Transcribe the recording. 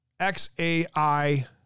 X-A-I